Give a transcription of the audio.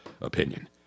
opinion